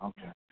Okay